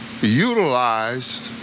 utilized